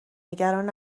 نگران